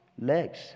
legs